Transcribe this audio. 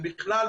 ובכלל,